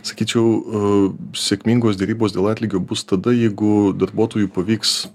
sakyčiau sėkmingos derybos dėl atlygio bus tada jeigu darbuotojui pavyks